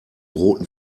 roten